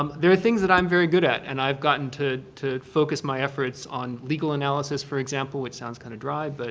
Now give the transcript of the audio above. um there are things that i'm very good at and i've gotten to to focus my efforts on legal analysis, for example, which sounds kind of dry, but